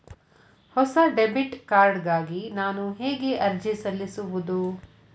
ಹೊಸ debit card ಗಾಗಿ ನಾನು ಹೇಗೆ ಅರ್ಜಿ ಸಲ್ಲಿಸುವುದು?